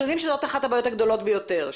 אנחנו יודעים שזו אחת הבעיות הגדולות ביותר.